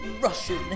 Russian